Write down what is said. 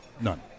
None